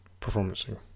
Performancing